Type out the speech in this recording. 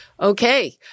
Okay